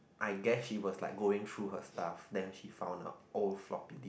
I guess she was like going through her stuff then she found out oh floppy disk